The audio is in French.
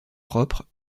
propre